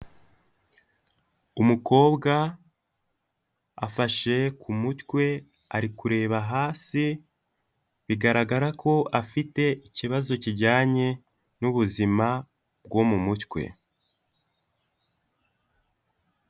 Umukobwa afashe ku mutwe ari kureba hasi bigaragara ko afite ikibazo kijyanye n'ubuzima bwo mu mutwe.